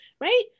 right